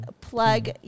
plug